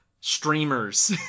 streamers